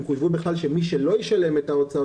הם חויבו בכלל שמי שלא ישלם את ההוצאות